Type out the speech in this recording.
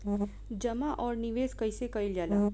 जमा और निवेश कइसे कइल जाला?